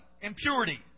impurity